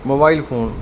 mobile phone